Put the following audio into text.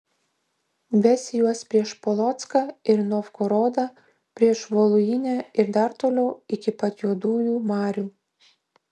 vesi juos prieš polocką ir novgorodą prieš voluinę ir dar toliau iki pat juodųjų marių